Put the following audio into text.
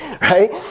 right